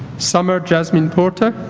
summer jasmine porter